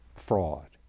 Fraud